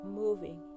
moving